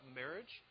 marriage